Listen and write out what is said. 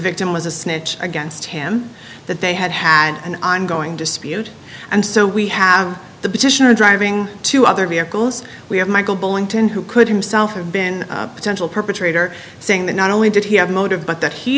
victim was a snitch against him that they had had an ongoing dispute and so we have the petitioner driving to other vehicles we have michael billington who could himself or been potential perpetrator saying that not only did he have motive but that he